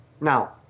Now